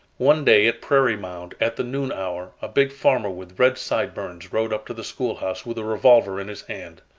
one day, at prairie mound, at the noon hour a big farmer with red sideburns rode up to the schoolhouse with a revolver in his hand.